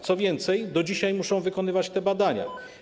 Co więcej, do dzisiaj muszą wykonywać te badania.